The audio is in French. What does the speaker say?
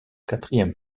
quatrième